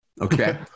Okay